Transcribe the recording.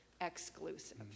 exclusive